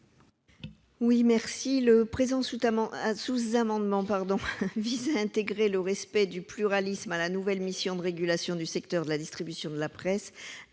Laborde. Le présent sous-amendement vise à intégrer le respect du pluralisme à la nouvelle mission de régulation du secteur de la distribution de la presse